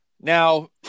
Now